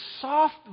soft